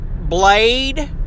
Blade